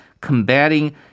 combating